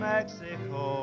Mexico